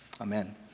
Amen